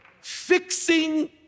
Fixing